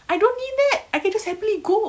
I don't need that I can just happily go